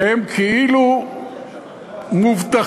שהם כאילו מובטחים.